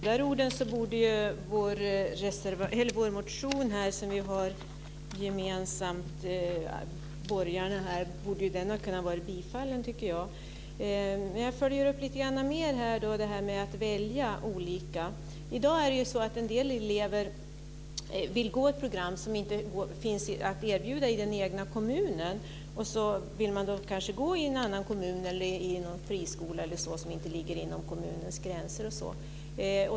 Herr talman! I och med de orden borde den gemensamma borgerliga motionen ha kunnat varit bifallen. Jag vill lite mer följa upp frågan om att få välja. I dag vill en del elever gå i ett program som inte kan erbjudas i den egna kommunen. De vill kanske gå i en annan kommun eller i en friskola som inte ligger inom kommunens gränser.